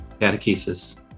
catechesis